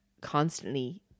constantly